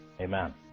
Amen